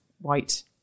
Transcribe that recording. white